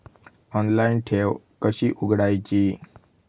Online ठेव कशी उघडायची?